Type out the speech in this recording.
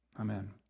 amen